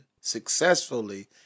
successfully